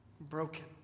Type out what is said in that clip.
broken